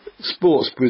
sports